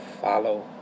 Follow